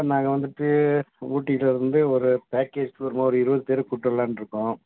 sir நாங்கள் வந்துட்டு ஊட்டிலேருந்து ஒரு பேக்கேஜ் ஒரு இருபது பேர் கூட்டு வரலன்னு இருக்கோம்